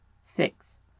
six